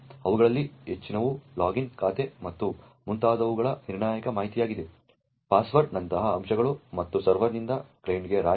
ಅವುಗಳಲ್ಲಿ ಹೆಚ್ಚಿನವು ಲಾಗಿನ್ ಖಾತೆ ಮತ್ತು ಮುಂತಾದವುಗಳಂತಹ ನಿರ್ಣಾಯಕ ಮಾಹಿತಿಯಾಗಿದೆ ಪಾಸ್ವರ್ಡ್ನಂತಹ ಅಂಶಗಳು ಮತ್ತು ಸರ್ವರ್ನಿಂದ ಕ್ಲೈಂಟ್ಗೆ ರಾಶಿ